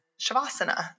Shavasana